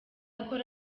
akora